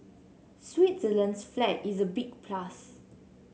Switzerland's flag is a big plus